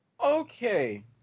Okay